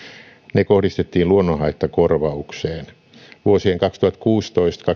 ne kohdistettiin luonnonhaittakorvaukseen vuosien kaksituhattakuusitoista